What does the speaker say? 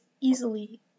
easily